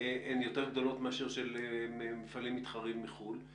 יותר גדולות לעומת מפעלים מתחרים מחו"ל,